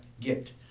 get